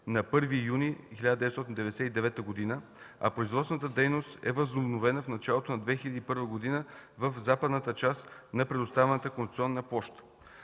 на 1 юни 1999 г., а производствената дейност е възобновена в началото на 2001 г. в западната част на предоставената концесионна площ.